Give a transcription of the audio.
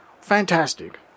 fantastic